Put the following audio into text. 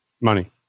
Money